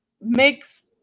makes